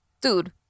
Dude